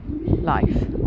life